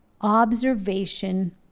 Observation